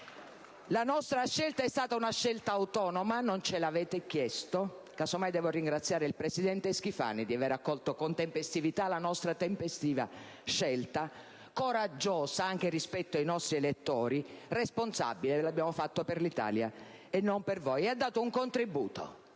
La nostra scelta è stata autonoma, perché non ce l'avete chiesto. Casomai, devo ringraziare il presidente Schifani di aver accolto con tempestività la nostra tempestiva scelta coraggiosa, anche rispetto ai nostri elettori, e responsabile. Lo abbiamo fatto per l'Italia e non per voi. Abbiamo dato un contributo